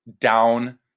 down